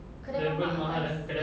kedai mamak atas